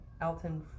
Elton